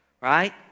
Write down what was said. right